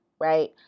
right